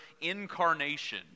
incarnation